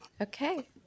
okay